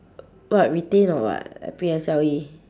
what retain or what P S L E